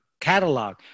catalog